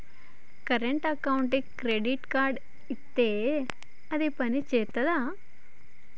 Current అకౌంట్కి credit card ఇత్తే అది పని చేత్తదా?